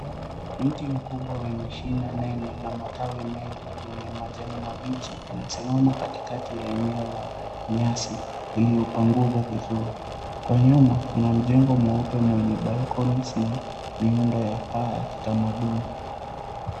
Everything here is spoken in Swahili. Mti mkubwa wenye shina nene na matawi mengi yenye majani mabichi, inasimama katikati ya eneo la nyasi iliyopanguza vizuri. Kwa nyuma kuna mjengo mweupe mwenye (cs)balconies(cs) na miundo ya paa ya kitamaduni.